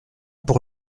pour